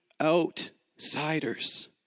outsiders